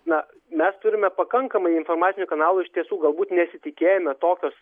na mes turime pakankamai informacinių kanalų iš tiesų galbūt nesitikėjome tokios